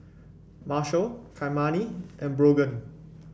Marshal Kymani and Brogan